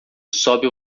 sobe